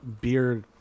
beer